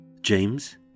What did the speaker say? James